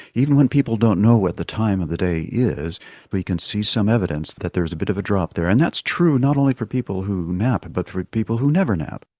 even when people don't know what the time of the day is we can see some evidence that there's a bit of a drop there. and that's true, not only for people who nap but for people who never nap.